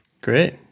Great